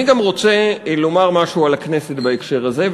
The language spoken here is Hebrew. אני גם רוצה לומר משהו על הכנסת בהקשר הזה,